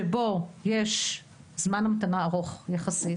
שבו יש זמן המתנה ארוך יחסית,